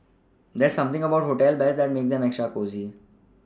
there's something about hotel beds that makes them extra cosy